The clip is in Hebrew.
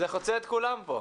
כן, זה חוצה את כולם פה.